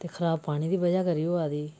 ते खराब पानी दा वजह् करी होआ दी